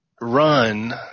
run